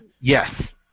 Yes